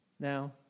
Now